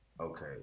Okay